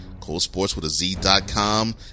coldsportswithaz.com